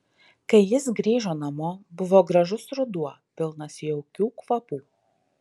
kai jis grįžo namo buvo gražus ruduo pilnas jaukių kvapų